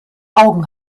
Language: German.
augen